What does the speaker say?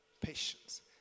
patience